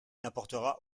n’apportera